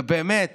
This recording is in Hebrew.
ובאמת